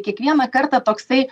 kiekvieną kartą toksai